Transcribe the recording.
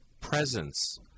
presence